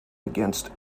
against